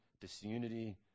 disunity